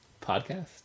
podcast